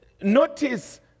Notice